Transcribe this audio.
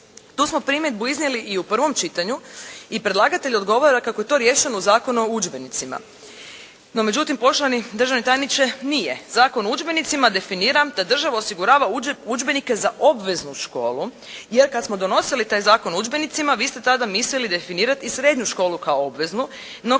Tu smo primjedbu iznijeli i u prvom čitanju i predlagatelj odgovara kako je to riješeno u Zakonu o udžbenicima. No međutim, poštovani državni tajniče, nije. Zakon o udžbenicima definira da država osigurava udžbenike za obveznu školu jer kad smo donosili taj zakon o udžbenicima vi ste tada mislili definirati i srednju školu kao obveznu,